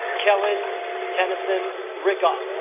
kellen tennyson rick off